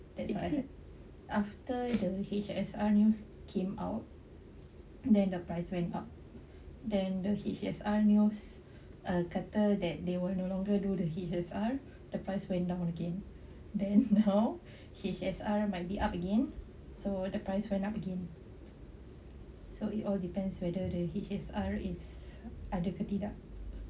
that's why after the H_S_R news came out then the price went up and then H_S_R news kata that they will no longer do the H_S_R the price went down again then now H_S_R might be up again so the price went up again so it all depends whether the H_S_R is ada ke tidak